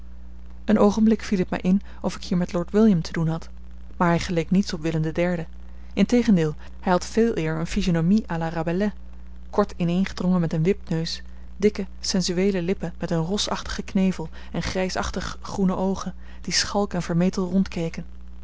een oogenblik viel het mij in of ik hier met lord william te doen had maar hij geleek niets op willem iii integendeel hij had veeleer een physionomie à la rabelais kort ineengedrongen met een wipneus dikke sensueele lippen met een rosachtigen knevel en grijsachtig groene oogen die schalk en vermetel